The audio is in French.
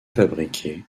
fabriqués